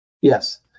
Yes